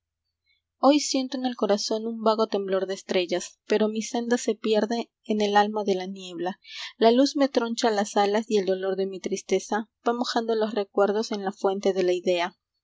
siento en el corazón n vago temblor de estrellas pero mi senda se pierde en alma de la niebla la luz me troncha las alas y el dolor de mi tristeza a mojando los recuerdos en la fuente de la idea